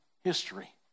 history